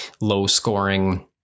low-scoring